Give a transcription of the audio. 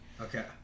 Okay